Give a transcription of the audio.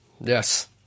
Yes